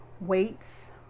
weights